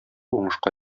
уңышка